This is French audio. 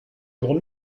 pour